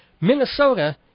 Minnesota